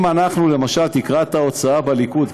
אם למשל תקרת ההוצאה בליכוד,